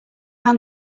ran